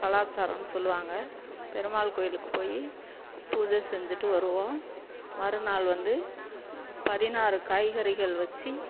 கலாச்சாரம்னு சொல்லுவாங்க பெருமாள் கோயிலுக்கு போய் பூஜை செஞ்சுட்டு வருவோம் மறுநாள் வந்து பதினாறு காய்கறிகள் வச்சு